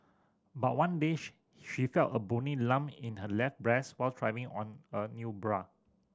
but one day she she felt a bony lump in her left breast while trying on a new bra